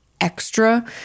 extra